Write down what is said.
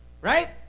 right